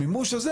המימוש הזה,